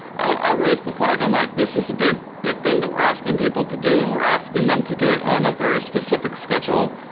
i raised the flag, i'm like, this is a big big thing that we're asking people to do, and we're asking them to do it on a very specific schedule,